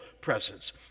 presence